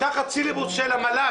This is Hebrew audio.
תחת סילבוס של המל"ג,